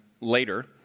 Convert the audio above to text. later